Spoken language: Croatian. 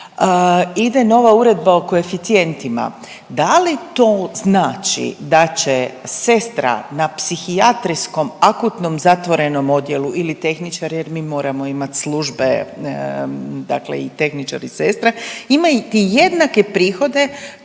ide nova Uredba o koeficijentima, da li to znači da će sestra na psihijatrijskom akutnom zatvorenom odjelu ili tehničar jer mi moramo imat službe, dakle i tehničar i sestre, imati jednake prihode kao